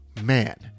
man